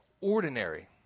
ordinary